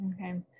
Okay